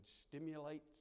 stimulate